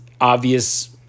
obvious